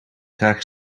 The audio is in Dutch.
graag